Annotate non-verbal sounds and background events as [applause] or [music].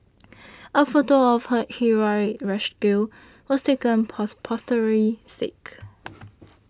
a photo of her heroic rescue was taken for posterity's sake [noise]